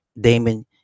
Damon